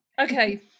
Okay